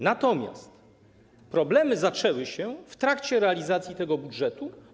Natomiast problemy zaczęły się w trakcie realizacji tego budżetu.